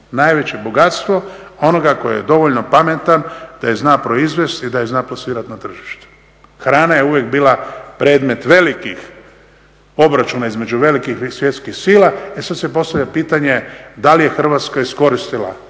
najveće bogatstvo onoga koji je dovoljno pametan da je zna proizvesti i da je zna plasirati na tržištu. Hrana je uvijek bila predmet velikih obračuna između velikih svjetskih sila, e sada se postavlja pitanje da li je Hrvatska iskoristila sve